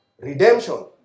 redemption